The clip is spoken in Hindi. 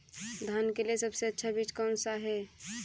धान के लिए सबसे अच्छा बीज कौन सा है?